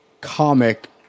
Comic